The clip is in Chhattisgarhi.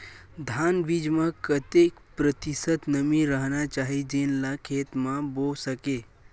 धान बीज म कतेक प्रतिशत नमी रहना चाही जेन ला खेत म बो सके?